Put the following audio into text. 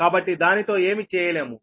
కాబట్టి దానితో ఏమి చేయలేము